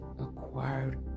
acquired